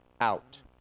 out